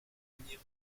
venir